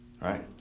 Right